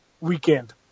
weekend